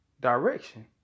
direction